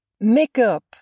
Makeup